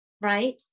right